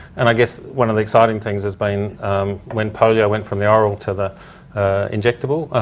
and i guess one of the exciting things has been when polio went from the oral to the injectable,